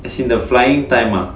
as in the flying time mah